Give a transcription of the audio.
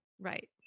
Right